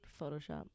Photoshop